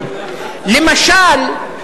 למשל,